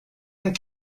and